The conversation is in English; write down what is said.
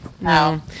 No